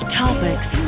topics